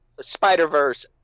Spider-Verse